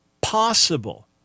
possible